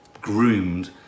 groomed